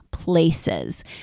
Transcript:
places